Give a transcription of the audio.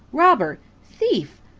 robber! thief!